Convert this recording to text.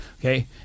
Okay